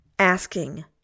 Asking